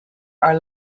are